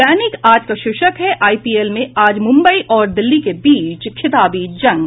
दैनिक आज का शीर्षक है आईपीएल में आज मुम्बई और दिल्ली के बीच खिताबी जंग